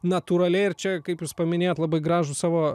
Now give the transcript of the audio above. natūraliai ir čia kaip jūs paminėjot labai gražų savo